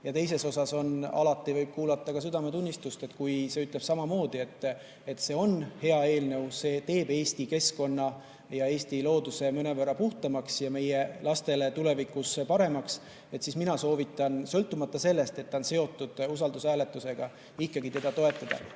Ja teisalt võib kuulata ka oma südametunnistust. Kui see ütleb samamoodi, et see on hea eelnõu, see teeb Eesti keskkonna ja Eesti looduse mõnevõrra puhtamaks ja meie lastele tulevikus paremaks, siis mina soovitan sõltumata sellest, et eelnõu on seotud usaldushääletusega, ikkagi teda toetada.